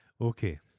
okay